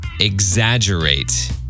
Exaggerate